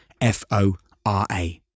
F-O-R-A